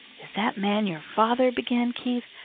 is that man your father? began keith,